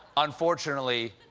unfortunately,